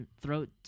throat